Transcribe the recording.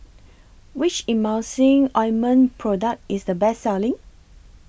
Which Emulsying Ointment Product IS The Best Selling